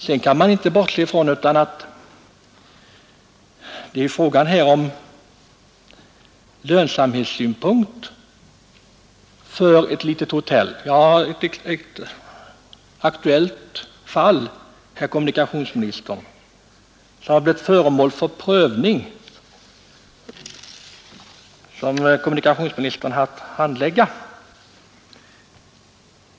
Vidare kan man inte bortse från att det gäller lönsamheten för ett litet hotell. Jag har ett aktuellt fall, herr kommunikationsminister, som har blivit föremål för prövning och som kommunikationsministern haft att handlägga.